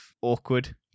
awkward